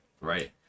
Right